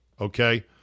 Okay